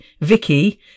Vicky